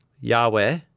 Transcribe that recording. Yahweh